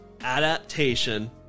adaptation